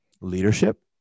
leadership